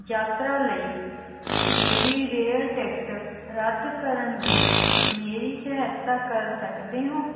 ਯਾਤਰਾ ਲਈ ਮੇਰੀ ਰੇਲ ਟਿਕਟ ਰੱਦ ਕਰਨ ਵਿੱਚ ਮੇਰੀ ਸਹਾਇਤਾ ਕਰ ਸਕਦੇ ਹੋ